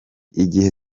igihe